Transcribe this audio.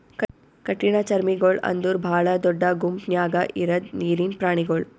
ಕಠಿಣಚರ್ಮಿಗೊಳ್ ಅಂದುರ್ ಭಾಳ ದೊಡ್ಡ ಗುಂಪ್ ನ್ಯಾಗ ಇರದ್ ನೀರಿನ್ ಪ್ರಾಣಿಗೊಳ್